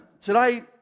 today